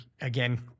again